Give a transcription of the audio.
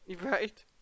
Right